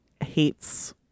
hates